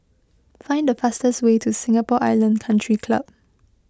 find the fastest way to Singapore Island Country Club